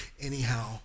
anyhow